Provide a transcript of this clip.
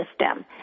system